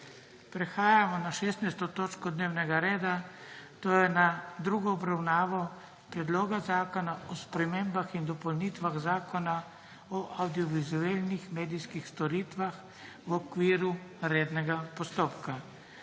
prekinjeno 16. točko dnevnega reda, to je s tretjo obravnavo Predloga zakona o spremembah in dopolnitvah Zakona o avdiovizualnih medijskih storitvah v okviru rednega postopka.